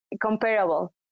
comparable